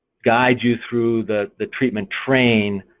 guide you through the the treatment train,